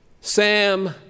Sam